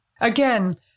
Again